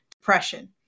depression